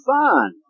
fun